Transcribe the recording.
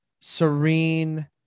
Serene